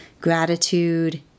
gratitude